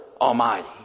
Almighty